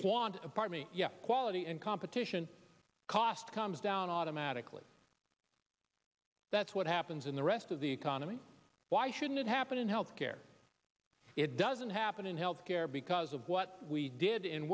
quanta part me yeah quality and competition cost comes down automatically that's what happens in the rest of the economy why shouldn't it happen in health care it doesn't happen in health care because of what we did in